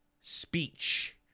speech